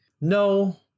no